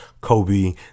Kobe